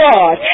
God